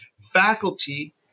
faculty